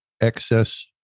excess